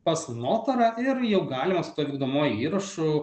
pas notorą ir jau galima su tuo vykdomuoju įrašu